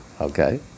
Okay